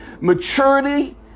Maturity